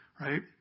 right